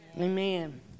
Amen